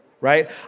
right